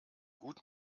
gut